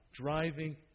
driving